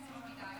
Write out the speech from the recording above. בבקשה.